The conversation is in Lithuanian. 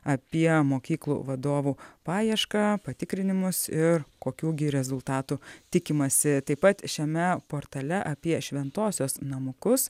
apie mokyklų vadovų paiešką patikrinimus ir kokių gi rezultatų tikimasi taip pat šiame portale apie šventosios namukus